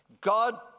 God